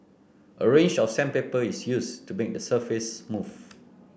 a range of sandpaper is used to make the surface smooth